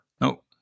No